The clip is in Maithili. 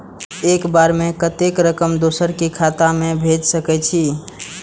एक बार में कतेक रकम दोसर के खाता में भेज सकेछी?